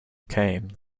came